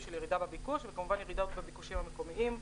וכמובן ירידות בביקושים המקומיים.